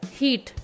heat